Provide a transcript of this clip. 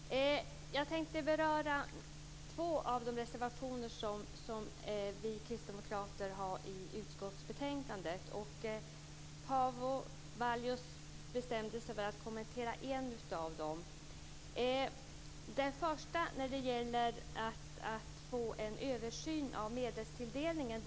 Herr talman! Jag tänkte beröra två av de reservationer som vi kristdemokrater har till utskottsbetänkandet. Paavo Vallius bestämde sig för att kommentera en av dem. Den första reservationen gäller en översyn av medelstilldelningen.